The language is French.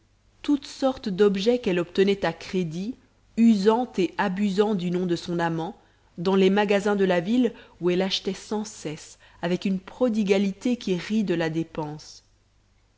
toutes sortes d'objets qu'elle obtenait à crédit usant et abusant du nom de son amant dans les magasins de la ville où elle achetait sans cesse avec une prodigalité qui rit de la dépense